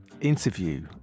interview